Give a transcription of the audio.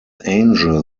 angel